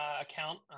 account